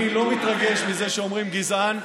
אני לא מתרגש מזה שאומרים "גזען".